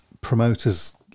promoters